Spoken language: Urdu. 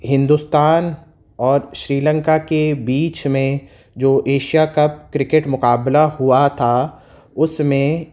ہندوستان اور سری لنکا کے بیچ میں جو ایشیا کپ کرکٹ مقابلہ ہوا تھا اس میں